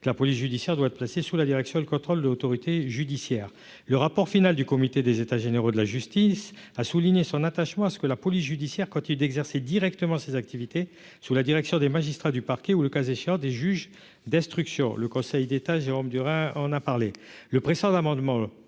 la police judiciaire doit être placé sous la direction et le contrôle de l'autorité judiciaire, le rapport final du comité des états généraux de la justice, a souligné son attachement à ce que la police judiciaire quand il d'exercer directement ses activités sous la direction des magistrats du parquet ou le cas échéant des juges d'instruction, le Conseil d'État, Jérôme Durain, on a parlé